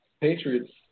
Patriots